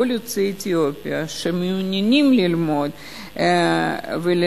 כל יוצאי אתיופיה שמעוניינים ללמוד ולרכוש